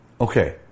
Okay